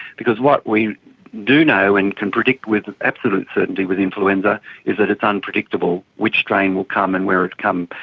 because what we do know and can predict with absolute certainty with influenza is that it's unpredictable which strain will come and where it comes.